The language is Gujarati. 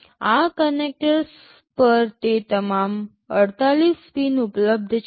આ કનેક્ટર્સ પર તે તમામ ૪૮ પિન ઉપલબ્ધ છે